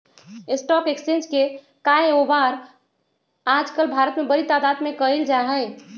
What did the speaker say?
stock exchange के काएओवार आजकल भारत में बडी तादात में कइल जा हई